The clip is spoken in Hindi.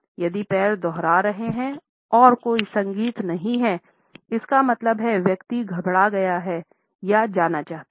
यदि पैर दोहन कर रहा है और कोई संगीत नहीं है इसका मतलब है व्यक्ति घबरा गया है या जाना चाहता है